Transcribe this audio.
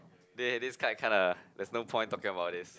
there this kind kinda there's no point talking about this